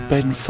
Ben